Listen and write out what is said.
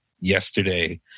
yesterday